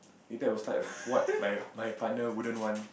maybe I will start with what my my partner wouldn't want